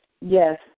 Yes